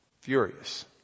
furious